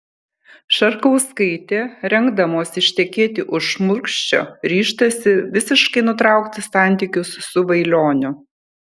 šarkauskaitė rengdamosi ištekėti už šmulkščio ryžtasi visiškai nutraukti santykius su vailioniu